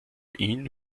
ihn